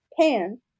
Pan